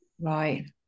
Right